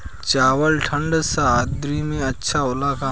चावल ठंढ सह्याद्री में अच्छा होला का?